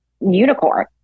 unicorn